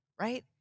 right